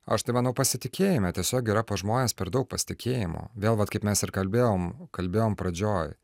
aš tai manau pasitikėjime tiesiog yra pas žmones per daug pasitikėjimo vėl vat kaip mes ir kalbėjom kalbėjom pradžioj